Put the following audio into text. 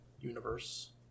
universe